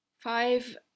five